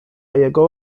jego